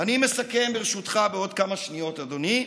אני מסכם, ברשותך, בעוד כמה שניות, אדוני.